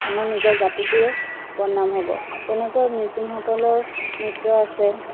আমাৰ নিজৰ জাতিটোৰে বদনাম হ'ব তেনেকৈ মিচিংসকলৰ নৃত্য আছে